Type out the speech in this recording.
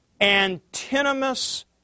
antinomous